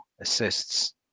assists